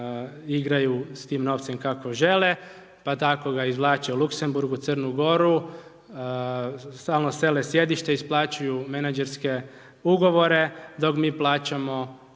igraju s tim novcem kako žele pa tako ga izvlače u Luksemburg, u Crnu Goru, stalno sele sjedište, isplaćuju menadžerske ugovore, dok mi plaćamo